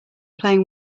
playing